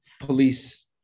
police